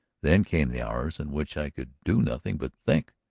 then came the hours in which i could do nothing but think,